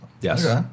Yes